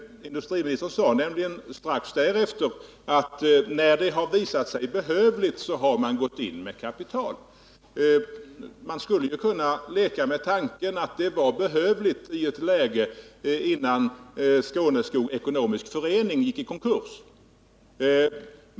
Industriministern sade nämligen strax därefter: När det har visat sig behövligt har man gått in med kapital. Man skulle ju kunna leka med tanken att det var behövligt i ett läge innan Skåneskog gick i konkurs.